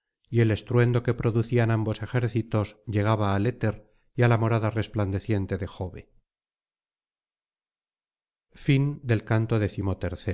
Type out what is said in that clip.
y el estruendo que producían ambos ejércitos llegaba al éter y á la morada resplandeciente de jo